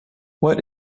what